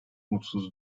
mutsuz